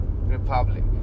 republic